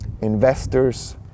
investors